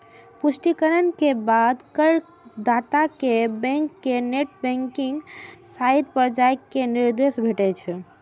पुष्टिकरण के बाद करदाता कें बैंक के नेट बैंकिंग साइट पर जाइ के निर्देश भेटै छै